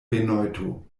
benojto